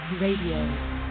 Radio